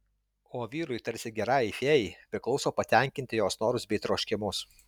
o vyrui tarsi gerajai fėjai priklauso patenkinti jos norus bei troškimus